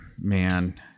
Man